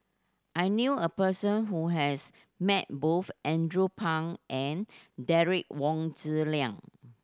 I knew a person who has met both Andrew Phang and Derek Wong Zi Liang